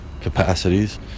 capacities